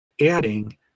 adding